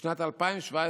בשנים 2017